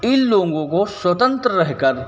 इन लोगों को स्वतंत्र रहकर